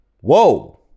Whoa